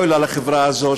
אוי לה לחברה הזאת,